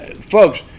Folks